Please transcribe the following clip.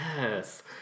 Yes